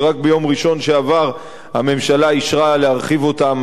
כשרק ביום ראשון שעבר הממשלה אישרה להרחיב אותם,